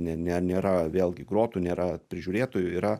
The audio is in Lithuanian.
ne ne nėra vėlgi grotų nėra prižiūrėtojų yra